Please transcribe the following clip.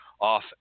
off